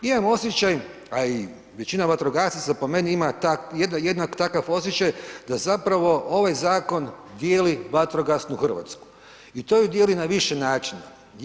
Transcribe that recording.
Imam osjećaj a i većina vatrogasaca po meni ima jednak takav osjećaj da zapravo ovaj zakon dijeli vatrogasnu Hrvatsku i to ju dijeli na više načina.